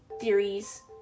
theories